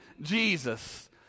Jesus